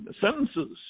sentences